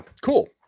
cool